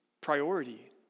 priority